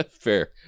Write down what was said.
Fair